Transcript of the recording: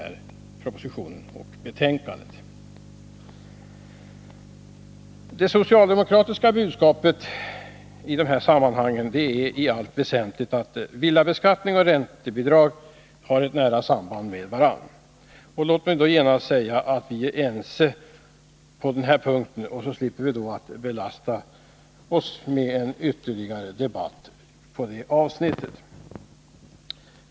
— Nr 51 Det socialdemokratiska budskapet i det här sammanhanget är i allt Tisdagen den väsentligt att villabeskattning och räntebidrag har ett nära samband med 16 december 1980 varandra. Låt mig genast säga att vi är överens om detta, så att vi slipper belasta kammaren med debatt om det avsnittet.